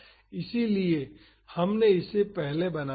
इसलिए हमने इसे पहले बनाया है